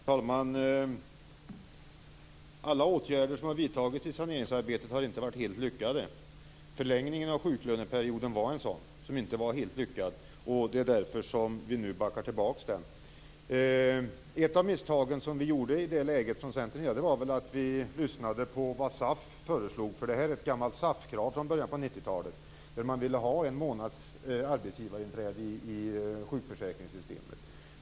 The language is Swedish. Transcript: Herr talman! Alla åtgärder som har vidtagits i saneringsarbetet har inte varit helt lyckade. Förlängningen av sjuklöneperioden var inte helt lyckad. Det är därför vi nu backar tillbaks. Ett av misstagen som Centern gjorde i det läget var att vi lyssnade på vad SAF föreslog. Det är ett gammalt SAF-krav från början på 90-talet. Man ville ha en månads arbetsgivarinträde i sjukförsäkringssystemet.